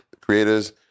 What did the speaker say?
creators